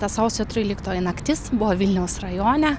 ta sausio tryliktoji naktis buvo vilniaus rajone